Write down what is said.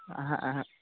ᱮᱸᱦᱮᱜ ᱮᱸᱦᱮᱜ